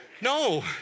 No